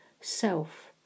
self